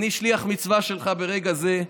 אני שליח מצווה שלך ברגע זה.